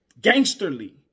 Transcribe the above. Gangsterly